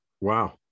Wow